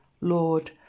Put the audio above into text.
Lord